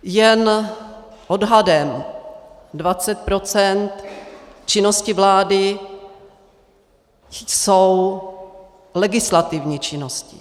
Jen odhadem 20 % činnosti vlády jsou legislativní činnosti.